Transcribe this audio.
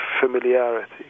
familiarity